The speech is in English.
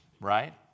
Right